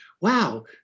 wow